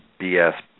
BS